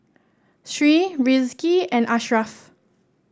Sri Rizqi and Ashraf